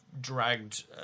dragged